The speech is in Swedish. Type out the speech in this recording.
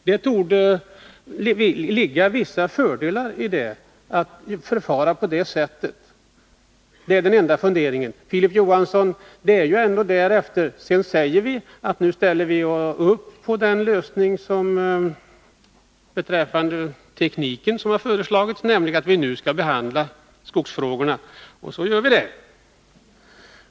Det torde ligga vissa fördelar i att förfara på det sättet — det är den enda funderingen. Därför säger vi, Filip Johansson, att vi ställer upp på den lösning beträffande tekniken som har föreslagits, nämligen att vi nu skall behandla skogsfrågorna. Och så gör vi det.